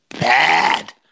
bad